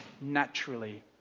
naturally